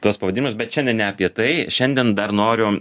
tuos pavadinimus bet šiandien ne apie tai šiandien dar noriu